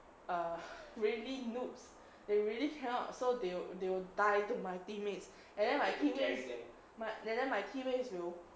err really noobs they really cannot so they will they will die to my teammates and then my teammates my and then my teammates will